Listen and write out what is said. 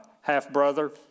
half-brother